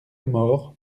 mort